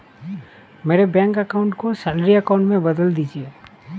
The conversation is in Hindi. मेरे बैंक अकाउंट को सैलरी अकाउंट में बदल दीजिए